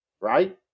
right